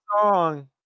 song